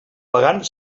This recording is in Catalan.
pagant